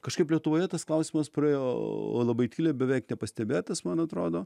kažkaip lietuvoje tas klausimas praėjo labai tyliai beveik nepastebėtas man atrodo